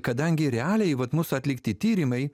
kadangi realiai vat mūsų atlikti tyrimai